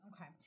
Okay